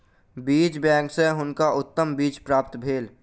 बीज बैंक सॅ हुनका उत्तम बीज प्राप्त भेल